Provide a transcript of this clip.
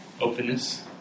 Openness